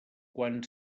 quan